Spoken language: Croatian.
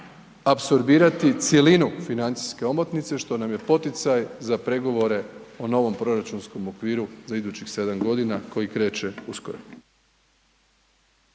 apsorbirati cjelinu financijske omotnice što nam je poticaj za pregovore o novom proračunskom okviru za idućih 7 g. koji kreće uskoro.